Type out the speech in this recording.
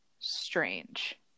strange